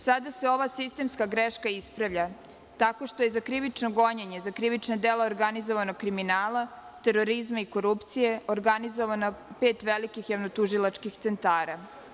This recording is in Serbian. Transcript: Sada se ova sistemska greška ispravlja tako što je za krivično gonjenje, krivično delo organizovanog kriminala, terorizma i korupcije organizovano pet velikih javno-tužilačkih centara.